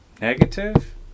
negative